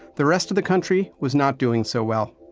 the rest of the country was not doing so well.